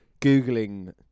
googling